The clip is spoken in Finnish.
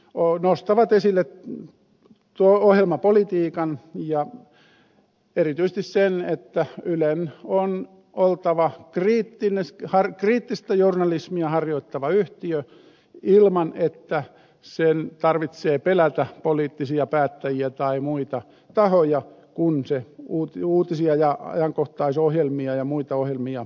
ne nostavat esille ohjelmapolitiikan ja erityisesti sen että ylen on oltava kriittistä journalismia harjoittava yhtiö ilman että sen tarvitsee pelätä poliittisia päättäjiä tai muita tahoja kun se uutisia ja ajankohtaisohjelmia ja muita ohjelmia tekee